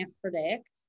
predict